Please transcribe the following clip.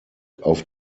auf